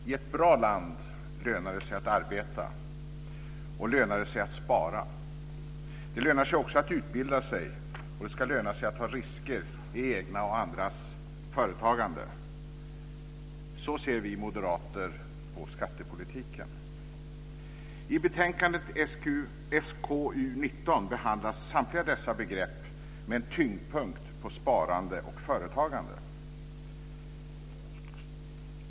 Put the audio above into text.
Fru talman! I ett bra land lönar det sig att arbeta, lönar det sig att spara och lönar det sig att utbilda sig. Det ska löna sig att ta risker i eget och andras företagande. Så ser vi moderater på skattepolitiken. I betänkandet SkU19 behandlas samtliga dessa begrepp med en tyngdpunkt på sparande och företagande.